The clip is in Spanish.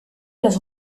los